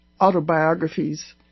autobiographies